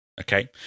Okay